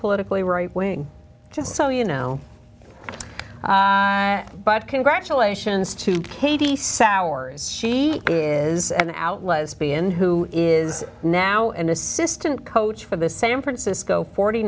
politically right wing just so you know but congratulations to katie sours she is an out lesbian who is now an assistant coach for the san francisco forty